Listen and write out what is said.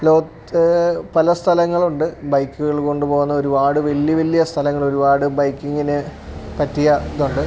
ലോകത്ത് പല സ്ഥലങ്ങളുണ്ട് ബൈക്കുകള് കൊണ്ടുപോവുന്നൊരുപാട് വലിയ വലിയ സ്ഥലങ്ങളൊരുപാട് ബൈക്കിങ്ങിന് പറ്റിയ ഇതുണ്ട്